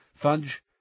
Fudge